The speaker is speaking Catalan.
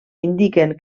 indiquen